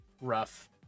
Rough